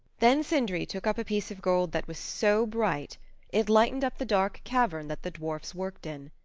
then sindri took up a piece of gold that was so bright it lightened up the dark cavern that the dwarfs worked in.